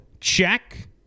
check